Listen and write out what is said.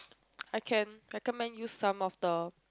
I can recommend you some of the